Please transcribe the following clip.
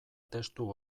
testu